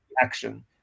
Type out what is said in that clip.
action